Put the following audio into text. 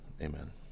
Amen